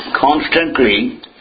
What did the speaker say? constantly